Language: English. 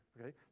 okay